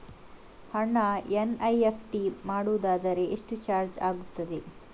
ಹಣ ಎನ್.ಇ.ಎಫ್.ಟಿ ಮಾಡುವುದಾದರೆ ಎಷ್ಟು ಚಾರ್ಜ್ ಆಗುತ್ತದೆ?